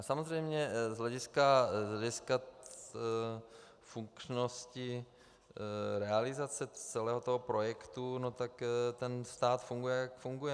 Samozřejmě z hlediska funkčnosti realizace celého toho projektu, no tak ten stát funguje, jak funguje.